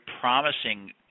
promising